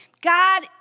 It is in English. God